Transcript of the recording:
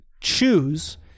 choose